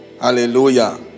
Hallelujah